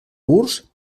purs